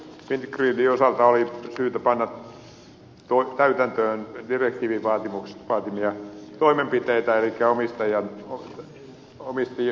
fingridin osalta oli syytä panna täytäntöön direktiivin vaatimia toimenpiteitä elikkä omistuksen uudelleenjärjestely